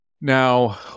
Now